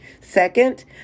Second